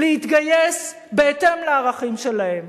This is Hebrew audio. להתגייס בהתאם לערכים שלהן,